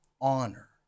honor